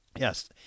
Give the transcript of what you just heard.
Yes